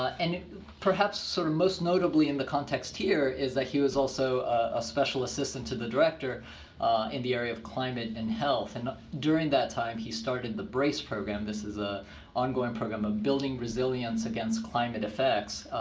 and perhaps sort of most notably in the context here, is that he was also a special assistant to the director in the area of climate and health. and during that time he started the brace program. this is a ongoing program of building resilience against climate effects.